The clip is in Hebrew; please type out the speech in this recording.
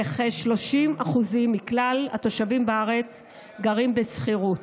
וכ-30% מכלל התושבים בארץ גרים בשכירות.